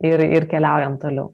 ir ir keliaujam toliau